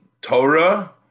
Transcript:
Torah